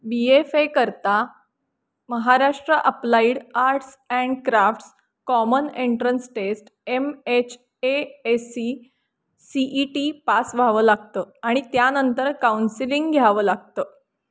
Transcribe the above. बी F एकरता Maharashtra applied arts and crafts common entrance test M H A S C C E T pass व्हावं लागतं आणि त्यानंतर counselling घ्यावं लागतं